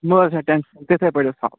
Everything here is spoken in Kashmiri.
مہٕ حظ ہےٚ ٹینٛشَن تِتھٕے پٲٹھۍ حظ تھاوَو